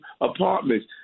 apartments